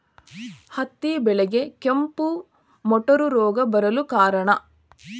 ಹತ್ತಿ ಬೆಳೆಗೆ ಕೆಂಪು ಮುಟೂರು ರೋಗ ಬರಲು ಕಾರಣ?